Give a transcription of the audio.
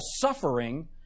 suffering